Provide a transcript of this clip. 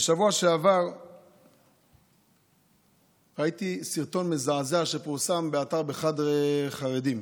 בשבוע שעבר ראיתי סרטון מזעזע שפורסם באתר בחדרי חרדים